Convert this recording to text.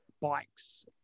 bikes